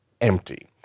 empty